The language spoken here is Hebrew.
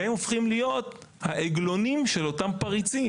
והם הופכים להיות העגלונים של אותם פריצים.